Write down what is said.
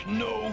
no